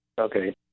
okay